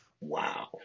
wow